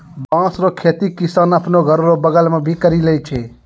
बाँस रो खेती किसान आपनो घर रो बगल मे भी करि लै छै